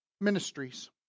Ministries